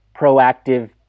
proactive